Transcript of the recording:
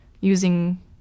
using